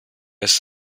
ist